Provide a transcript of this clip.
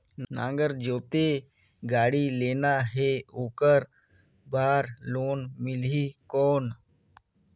नागर जोते गाड़ी लेना हे ओकर बार लोन मिलही कौन?